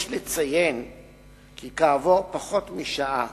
יש לציין כי כעבור פחות משעה